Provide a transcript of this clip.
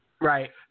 Right